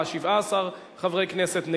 התשע"ב 2012,